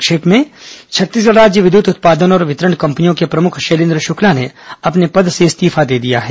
संक्षिप्त समाचार छत्तीसगढ़ राज्य विद्युत उत्पादन और वितरण कंपनियों के प्रमुख शैलेन्द्र शुक्ला ने अपने पद से इस्तीफा दे दिया है